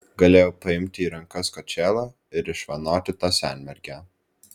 galėjau paimti į rankas kočėlą ir išvanoti tą senmergę